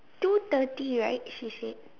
two thirty right she said